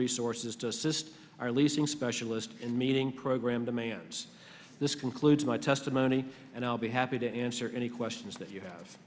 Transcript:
resources to assist our leasing specialist in meeting program demands this concludes my testimony and i'll be happy to answer any questions that you have